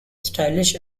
stylish